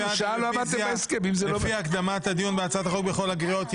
מי בעד קבלת הרוויזיה לפיה הקדמת הדיון בהצעת החוק בכל הקריאות?